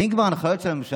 ואם כבר הנחיות של הממשלה,